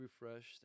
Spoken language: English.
refreshed